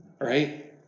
Right